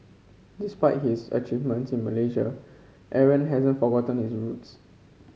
despite his achievements in Malaysia Aaron hasn't forgotten his roots